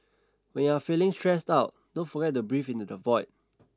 when you are feeling stressed out don't forget to breathe into the void